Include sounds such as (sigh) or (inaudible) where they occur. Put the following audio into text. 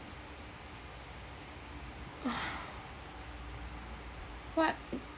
(breath) what